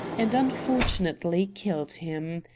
and unfortunately killed him.